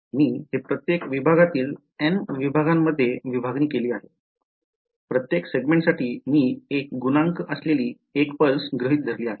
मी हे प्रत्येक विभागातील n विभागांमध्ये विभागणी केली आहे प्रत्येक सेगमेंट साठी मी एक गुणांक असलेली १ पल्स गृहित धरली आहे